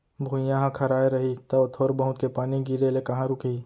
भुइयॉं ह खराय रही तौ थोर बहुत के पानी गिरे ले कहॉं रूकही